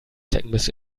zeckenbiss